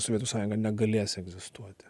sovietų sąjunga negalės egzistuoti